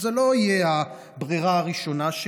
זו לא תהיה הברירה הראשונה,